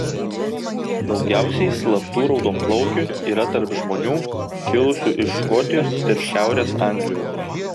daugiausiai slaptų raudonplaukių yra tarp žmonių kilusių iš škotijos ir šiaurės anglijos